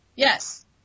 Yes